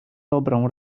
dobrą